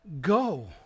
go